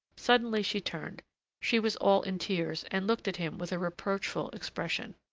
suddenly she turned she was all in tears, and looked at him with a reproachful expression.